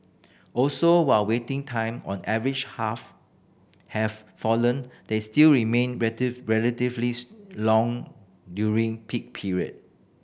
also while waiting time on average half have fallen they still remain relatively long during peak period